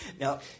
Now